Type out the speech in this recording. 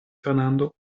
fernando